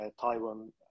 Taiwan